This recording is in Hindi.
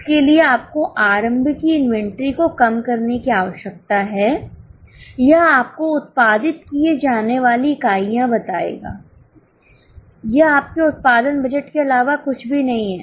इसके लिए आपको आरंभ की इन्वेंटरी को कम करने की आवश्यकता है यह आपकोउत्पादित किए जाने वाली इकाइयां बताएगा यह आपके उत्पादन बजट के अलावा कुछ भी नहीं है